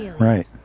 Right